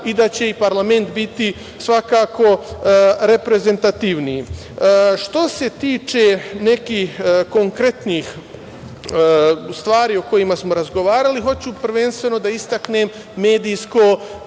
i da će i parlament biti svakako reprezentativniji. Što se tiče nekih konkretnih stvari o kojima smo razgovarali, hoću prvenstveno da istaknem medijsko